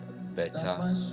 better